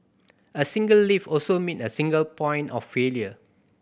a single lift also mean a single point of failure